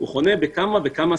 הוא חונה בכמה וכמה שחקנים,